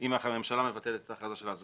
אם הממשלה מבטלת את ההכרזה שלה,